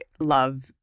love